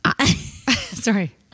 sorry